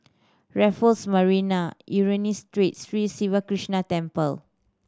Raffles Marina Ernani Street Sri Siva Krishna Temple